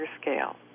scale